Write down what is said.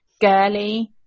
girly